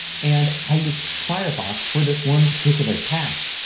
and i use firefox for this one particular task.